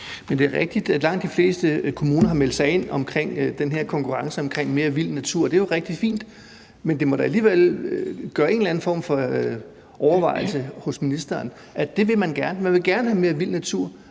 Det er rigtigt, at langt de fleste kommuner har tilmeldt sig den her konkurrence om mere vild natur, og det er jo rigtig fint, men det må da alligevel give anledning til en eller anden form for overvejelse hos ministeren om, at de lokalt gerne vil have mere vild natur,